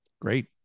Great